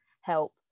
help